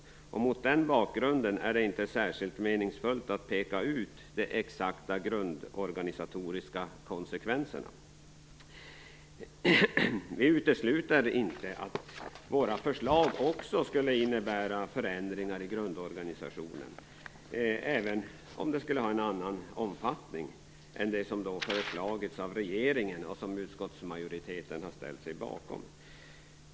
Mot den bakgrunden är det inte särskilt meningsfullt att peka ut det exakta grundorganisatoriska konsekvenserna. Vi utesluter inte att våra förslag också skulle innebära förändringar i grundorganisationen, även om de skulle ha en annan omfattning än det som föreslagits av regeringen och som utskottsmajoriteten har ställt sig bakom.